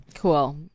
cool